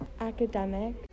academic